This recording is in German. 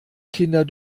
kinder